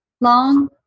long